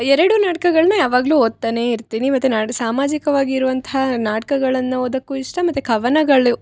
ಎರಡು ನಾಟ್ಕಗಳನ್ನು ಯಾವಾಗಲೂ ಓದ್ತಾನೆ ಇರ್ತೀನಿ ಮತ್ತು ನಾಡು ಸಾಮಾಜಿಕವಾಗಿರುವಂಥ ನಾಟ್ಕಗಳನ್ನು ಓದಕು ಇಷ್ಟ ಮತ್ತು ಕವನಗಳು